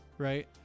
Right